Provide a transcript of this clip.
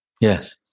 yes